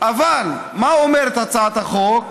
אבל מה אומרת הצעת החוק?